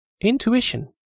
Intuition